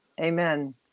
Amen